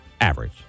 Average